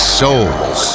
souls